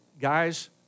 guys